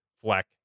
fleck